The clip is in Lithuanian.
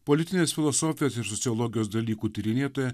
politinės filosofijos ir sociologijos dalykų tyrinėtoja